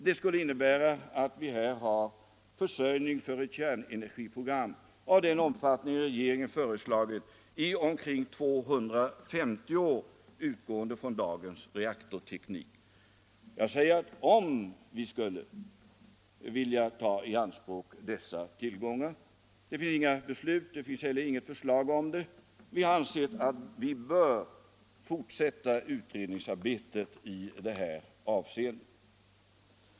Det skulle innebära att vi här har försörjning av ett kärnkraftsenergiprogram av den omfattning som regeringen har föreslagit under omkring 250 år, utgående från dagens reaktorteknik. Jag säger om vi skulle vilja ta i anspråk dessa tillgångar, det finns inga beslut och heller inget förslag om det. Vi har ansett att vi bör fortsätta utredningsarbetet i detta avseende.